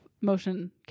motion